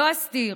לא אסתיר